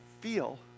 feel